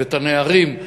את הנערים,